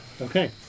Okay